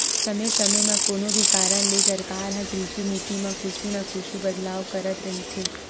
समे समे म कोनो भी कारन ले सरकार ह कृषि नीति म कुछु न कुछु बदलाव करत रहिथे